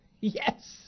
yes